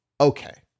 okay